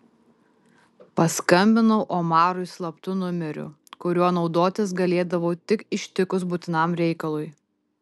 paskambinau omarui slaptu numeriu kuriuo naudotis galėdavau tik ištikus būtinam reikalui